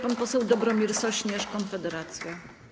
Pan poseł Dobromir Sośnierz, Konfederacja.